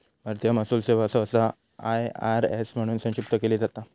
भारतीय महसूल सेवा सहसा आय.आर.एस म्हणून संक्षिप्त केली जाता